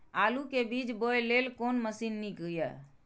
आलु के बीज बोय लेल कोन मशीन नीक ईय?